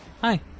Hi